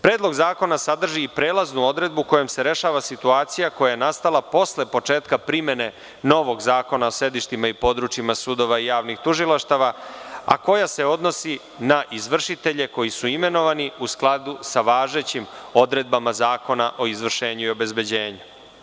Predlog zakona sadrži i prelaznu odredbu kojom se rešava situacija koja je nastala posle početka primena novog Zakona o sedištima i područjima sudova i javnih tužilaštava, a koja se odnosi na izvršitelje koji su imenovani u skladu sa važećim odredbama Zakona o izvršenju i obezbeđenju.